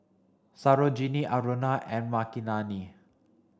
Sarojini Aruna and Makineni